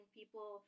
people